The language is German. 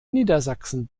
niedersachsen